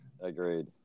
Agreed